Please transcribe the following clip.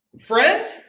Friend